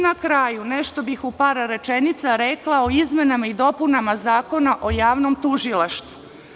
Na kraju, nešto bih u par rečenica rekla o izmenama i dopunama Zakona o javnom tužilaštvu.